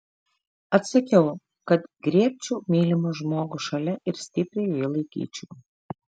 atsakiau kad griebčiau mylimą žmogų šalia ir stipriai jį laikyčiau